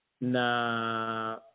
na